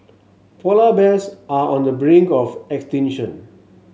polar bears are on the brink of extinction